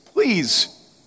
Please